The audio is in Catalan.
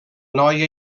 noia